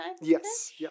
Yes